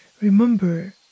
Remember